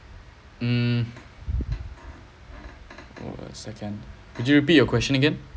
mm hold on a second could you repeat your question again